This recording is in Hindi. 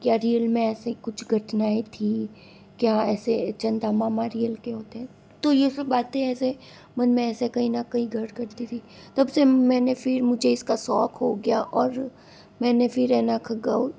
क्या रियल में ऐसे कुछ घटनाएँ थी क्या ऐसे चंदा मामा रियल के होते हैं तो यह सब बातें ऐसे मन मे ऐसे कहीं न कहीं घर करती थी तब से मैंने फिर मुझे इसका शौक़ हो गया और मैंने फिर है न खगोल